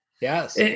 Yes